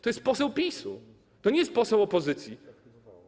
To jest poseł PiS-u, to nie jest poseł opozycji.